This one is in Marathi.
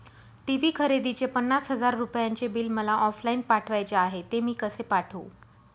टी.वी खरेदीचे पन्नास हजार रुपयांचे बिल मला ऑफलाईन पाठवायचे आहे, ते मी कसे पाठवू?